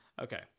Okay